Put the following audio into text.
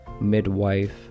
midwife